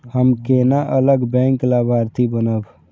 हम केना अलग बैंक लाभार्थी बनब?